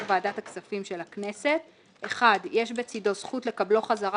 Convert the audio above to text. ועדת הכספים של הכנסת: (1) יש בצידו זכות לקבלו חזרה,